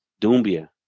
Dumbia